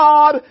God